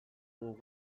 dugun